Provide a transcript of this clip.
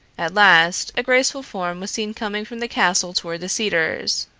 at last a graceful form was seen coming from the castle toward the cedars.